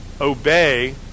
obey